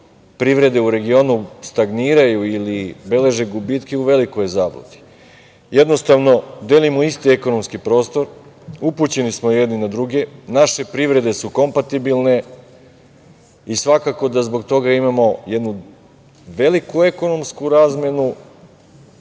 privrede u regionu stagniraju ili beleže gubitke u velikoj je zabludi. Jednostavno, delimo isti ekonomski prostor, upućeni smo jedni na druge, naše privrede su kompatibilne. Svakako da zbog toga imamo jednu veliku ekonomsku razmenu